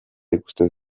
ikusten